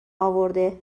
اورده